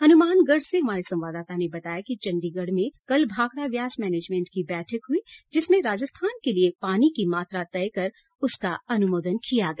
हनुमानगढ़ से हमारे संवाददाता ने बताया कि चंडीगढ़ में कल भाखड़ा व्यास मैनेजमेंट की बैठक हुई जिसमें राजस्थान के लिए पानी की मात्रा तय कर उसका अनुमोदन किया गया